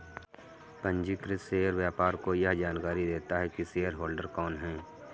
पंजीकृत शेयर व्यापार को यह जानकरी देता है की शेयरहोल्डर कौन है